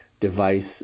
device